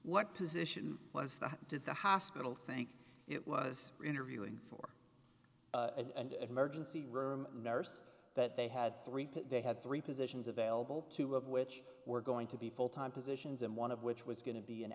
what position was that did the hospital think it was interviewing for emergency room nurse that they had three they had three positions available two of which were going to be full time positions and one of which was going to be an